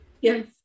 Yes